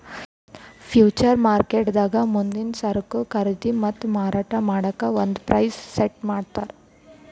future ಮಾರ್ಕೆಟ್ದಾಗ್ ಮುಂದಿನ್ ಸರಕು ಖರೀದಿ ಮತ್ತ್ ಮಾರಾಟ್ ಮಾಡಕ್ಕ್ ಒಂದ್ ಪ್ರೈಸ್ ಸೆಟ್ ಮಾಡ್ತರ್